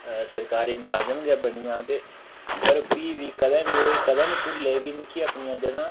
सरकारी मलाजम गै बनी जा ते पर फ्ही बी कदें बी ओह् कदें नी भुल्लग कि मिगी अपनियां जड़ां